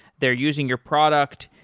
they're using your product,